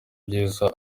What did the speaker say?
ibyiza